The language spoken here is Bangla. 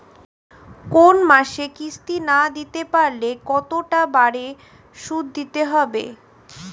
কোন মাসে কিস্তি না দিতে পারলে কতটা বাড়ে সুদ দিতে হবে?